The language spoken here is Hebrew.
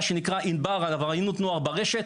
שנקרא "ענב"ר" עבריינות נוער ברשת.